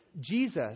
Jesus